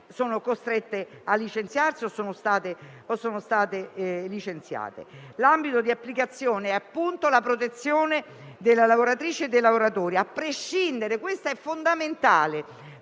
L'ambito di applicazione è appunto la protezione delle lavoratrici e dei lavoratori, a prescindere - questo è fondamentale